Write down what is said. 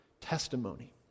testimony